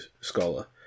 scholar